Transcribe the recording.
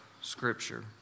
Scripture